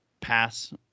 pass